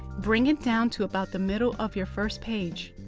bring it down to about the middle of your first page.